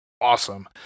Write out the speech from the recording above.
awesome